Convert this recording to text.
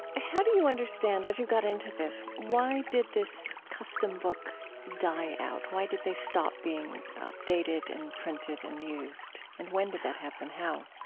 ah how do you understand as you got into this, why did this custom book die out? why did they stop being dated and printed and used? and when did that happen, how?